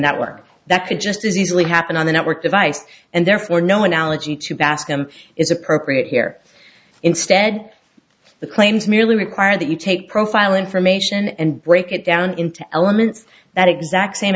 network that could just as easily happen on the network device and therefore no analogy to bascom is appropriate here instead the claims merely require that you take profile information and break it down into elements that exact same